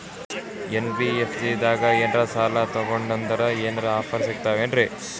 NBFC ದಾಗ ಏನ್ರ ಸಾಲ ತೊಗೊಂಡ್ನಂದರ ಏನರ ಆಫರ್ ಸಿಗ್ತಾವೇನ್ರಿ?